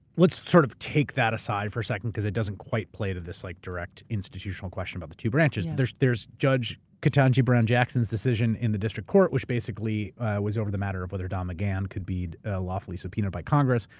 let's sort of take that aside for a second because it doesn't quite play to this like direct, institutional question about the two branches. there's there's judge ketanji brown jackson's decision in the district court, which basically was over the matter of whether don mcgahn could be ah lawfully subpoenaed by congress.